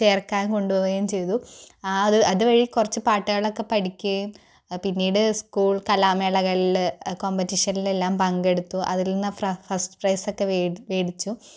ചേർക്കാൻ കൊണ്ടുപോകുകയും ചെയ്തു ആ ഒരു അതുവഴി കുറച്ച് പാട്ടുകളൊക്കെ പഠിക്കുകയും പിന്നീട് സ്കൂൾ കലാമേളങ്ങളിൽ കോമ്പറ്റീഷനുകളിൽ എല്ലാം പങ്കെടുത്തു അതിൽ നിന്ന് ഫ്ര ഫസ്റ്റ് പ്രൈസ് ഒക്കെ വേ മേടിച്ചു